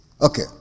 Okay